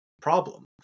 problem